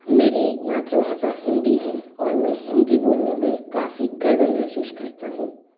मेरी मातृभाषा हिंदी है और मैं हिंदी बोलने में काफ़ी गर्व महसूस करता हूँ